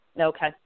Okay